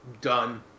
done